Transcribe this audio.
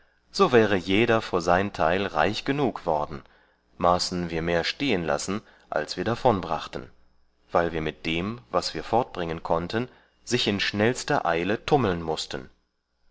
so wäre jeder vor sein teil reich genug worden maßen wir mehr stehen lassen als wir davonbrachten weil wir mit dem was wir fortbringen konnten sich in schnellster eile tummlen mußten